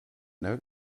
note